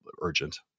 urgent